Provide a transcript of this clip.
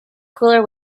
cooler